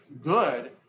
good